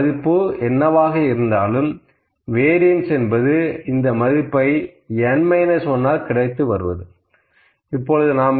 இந்த மதிப்பு என்னவாக இருந்தாலும் வேரியண்ஸ் என்பது இந்த மதிப்பை n 1 ஆல் கிடைத்து வருவது